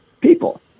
people